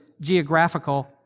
geographical